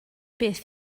beth